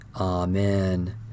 Amen